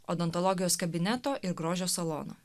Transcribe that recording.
odontologijos kabineto ir grožio salono